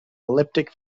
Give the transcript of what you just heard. elliptic